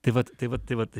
tai vat tai vat tai vat